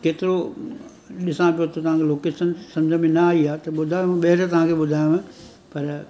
केतिरो ॾिसां पियो तव्हांखे लोकेशन समुझ में ना आई आहे त ॿुधायो ॿिए ते तव्हांखे ॿुधायांव पर